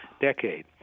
decade